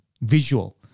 visual